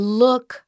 look